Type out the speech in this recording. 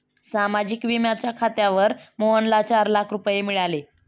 सामाजिक विम्याच्या खात्यावर मोहनला चार लाख रुपये मिळाले